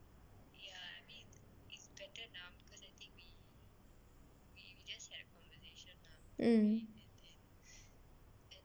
mm